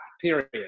period